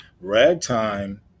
Ragtime